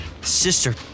Sister